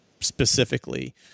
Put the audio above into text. specifically